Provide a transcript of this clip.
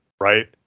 Right